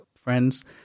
friends